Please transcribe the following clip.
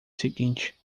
seguinte